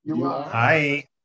Hi